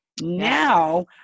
Now